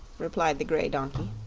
replied the grey donkey.